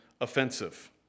offensive